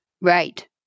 Right